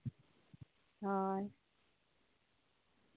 ᱦᱳᱭ